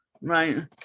right